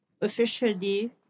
officially